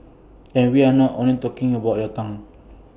and we are not only talking about your tongue